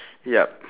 yup